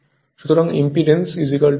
সুতরাং impedance Re1 2 Xe 12